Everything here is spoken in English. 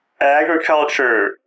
Agriculture